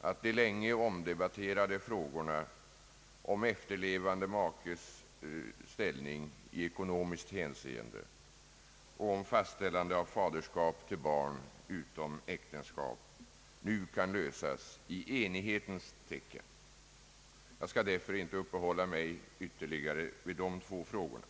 att de länge omdebatterade frågorna om efterlevande makes ställning i ekonomiskt hänseende och om fastställande av faderskap till barn utom äktenskap nu kan lösas i enighetens tecken. Jag skall därför inte uppehålla mig ytterligare vid dessa två frågor.